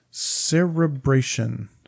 Cerebration